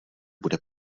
bude